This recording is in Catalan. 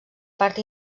part